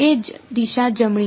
એ જ દિશા જમણી